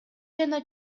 жана